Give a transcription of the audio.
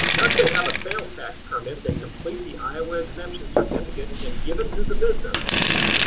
because they have a sales tax permit, they complete the iowa exemption certificate and give it to the business